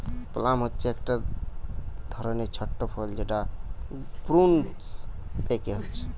plum হচ্ছে একটা ধরণের ছোট ফল যেটা প্রুনস পেকে হচ্ছে